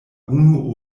unu